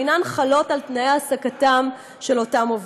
אינן חלות על תנאי העסקתם של אותם עובדים.